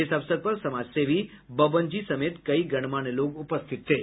इस अवसर पर समाजसेवी बब्बन जी समेत कई गणमान्य लोग उपस्थित थे